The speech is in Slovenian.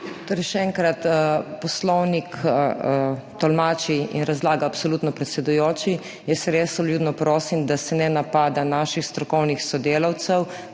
Torej še enkrat. Poslovnik tolmači in razlaga absolutno predsedujoči. Res vljudno prosim, da se ne napada naših strokovnih sodelavcev,